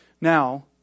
Now